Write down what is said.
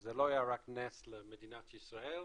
זה לא היה רק נס למדינת ישראל,